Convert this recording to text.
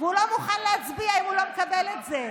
הוא לא מוכן להצביע אם הוא לא מקבל את זה.